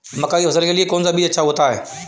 मक्का की फसल के लिए कौन सा बीज अच्छा होता है?